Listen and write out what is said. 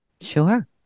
Sure